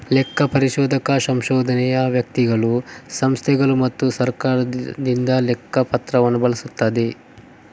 ಲೆಕ್ಕ ಪರಿಶೋಧಕ ಸಂಶೋಧನೆಯು ವ್ಯಕ್ತಿಗಳು, ಸಂಸ್ಥೆಗಳು ಮತ್ತು ಸರ್ಕಾರದಿಂದ ಲೆಕ್ಕ ಪತ್ರವನ್ನು ಬಳಸುತ್ತದೆ